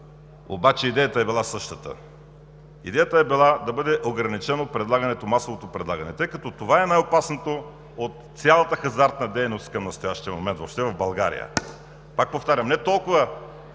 обаче идеята е била същата. Идеята е била да бъде ограничено масовото предлагане, тъй като това е най-опасното от цялата хазартна дейност към настоящия момент въобще в България. Пак повтарям: не толкова